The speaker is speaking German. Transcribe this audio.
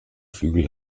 flügel